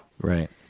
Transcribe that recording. Right